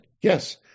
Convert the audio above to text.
yes